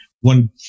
one